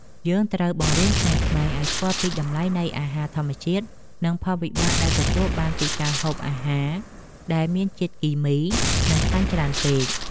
យើងត្រូវបង្រៀនក្មេងៗឲ្យស្គាល់ពីតម្លៃនៃអាហារធម្មជាតិ និងផលវិបាកដែលទទួលបានពីការហូបអាហារដែលមានជាតិគីមី និងខ្លាញ់ច្រើនពេក។